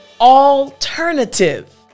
alternative